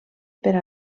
per